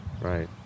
right